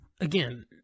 again